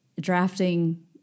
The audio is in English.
drafting